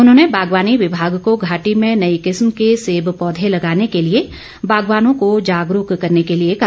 उन्होंने बागवानी विभाग को घाटी में नई किस्म के सेब पौधे लगाने के लिए बागवानों को जागरूक करने के लिए कहा